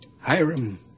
Hiram